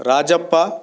Rajappa